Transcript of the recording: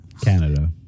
Canada